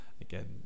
again